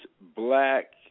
black